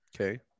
Okay